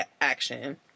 action